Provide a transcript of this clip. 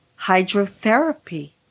hydrotherapy